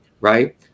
right